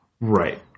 Right